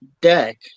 deck